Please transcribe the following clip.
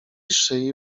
szyi